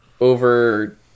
over